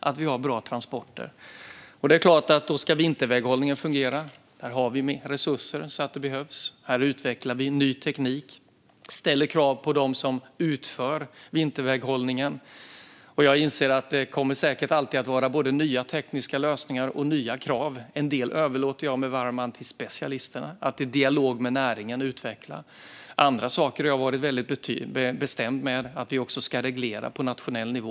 Då är det klart att vinterväghållningen måste fungera. Där har vi resurser, och det behövs. Vi utvecklar ny teknik och ställer krav på dem som utför vinterväghållningen. Jag inser att det säkert alltid kommer att komma både nya tekniska lösningar och nya krav. En del överlåter jag med varm hand till specialisterna att utveckla i dialog med näringen. Andra saker har jag varit väldigt bestämd med att vi ska reglera på nationell nivå.